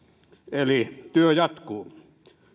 eli työ jatkuu